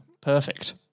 Perfect